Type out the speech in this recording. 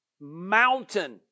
mountain